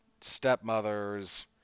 stepmothers